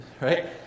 right